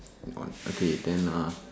okay then uh